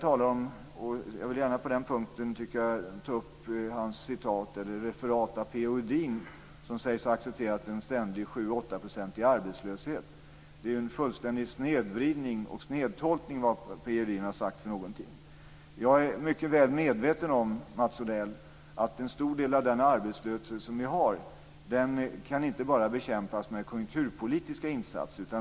Jag vill gärna ta upp Mats Odells referat av P-O Edin som sägs ha accepterat en ständig arbetslöshet på 7-8 %. Det är en fullständig snedtolkning av vad P-O Edin har sagt. Jag är mycket väl medveten om att en stor del av den arbetslöshet som vi har inte bara kan bekämpas med konjunkturpolitiska insatser.